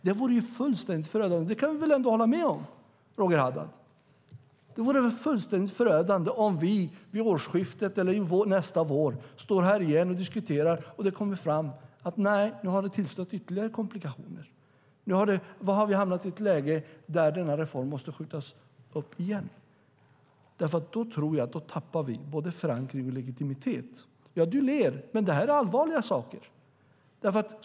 Det vore fullständigt förödande - det kan du väl ändå hålla med om, Roger Haddad - om vi vid årsskiftet eller nästa vår återigen står här och diskuterar och det kommer fram att ytterligare komplikationer tillstött, att vi har hamnat i läget att reformen igen måste skjutas upp. Då tror jag att vi tappar både förankringen och legitimiteten. Du ler, Roger Haddad, men det här är allvarligt.